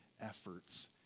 efforts